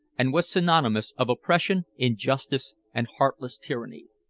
and was synonymous of oppression, injustice, and heartless tyranny.